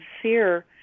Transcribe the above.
sincere